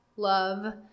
love